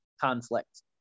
conflict